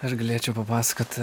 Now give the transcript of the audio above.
aš galėčiau papasakot